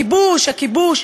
הכיבוש,